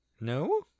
No